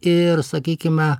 ir sakykime